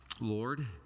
Lord